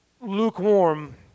Lukewarm